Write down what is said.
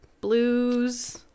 blues